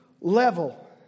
level